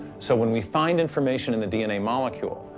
so when we find information in the dna molecule,